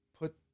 put